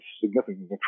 significant